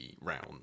round